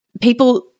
people